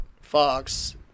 Fox